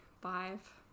five